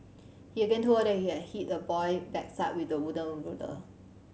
he again told her he had hit the boy backside with a wooden ruler